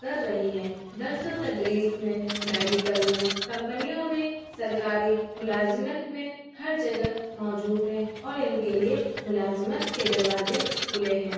کر رہی ہیں درس و تدریس میں میڈیکل میں کمپنیوں میں سرکاری ملازمت میں ہر جگہ موجود ہیں اور ان کے لیے ملازمت کے دروازے کھلے ہیں